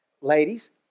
Ladies